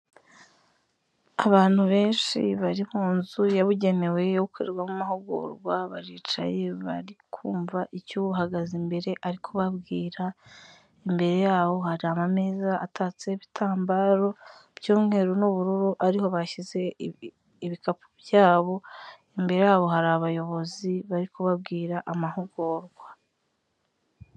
Abantu benshi bari mu nzu yabugenewe yo gukorerwamo amahugurwa baricaye, bari kumva icyo buhagaze imbere ari kubabwira, imbere yabo hari amameza atatseho ibitambaro by'umweru n'ubururu, ariho bashyize ibikapu byabo, imbere yabo hari abayobozi bari kubabwira amahugurwa.